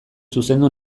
zuzendu